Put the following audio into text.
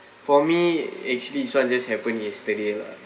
for me actually this [one] just happened yesterday lah